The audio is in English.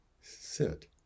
Sit